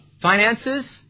finances